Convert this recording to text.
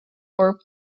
for